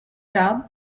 job